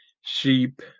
sheep